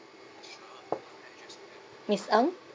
miss ng